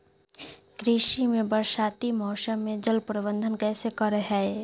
कृषि में बरसाती मौसम में जल प्रबंधन कैसे करे हैय?